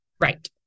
Right